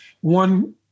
One